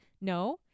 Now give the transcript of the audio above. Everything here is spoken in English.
no